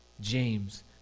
James